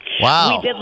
Wow